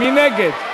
מי נגד?